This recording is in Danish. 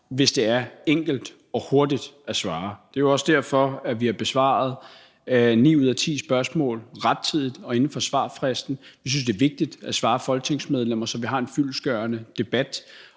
hvis det er enkelt og hurtigt at svare. Det er jo også derfor, at vi har besvaret ni ud af ti spørgsmål rettidigt og inden for svarfristen. Vi synes, det er vigtigt at svare folketingsmedlemmer, så vi har en fyldestgørende debat